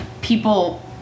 people